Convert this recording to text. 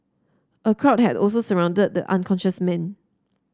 a crowd had also surrounded the unconscious man